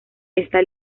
esta